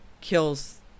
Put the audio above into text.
kills